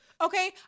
Okay